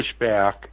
pushback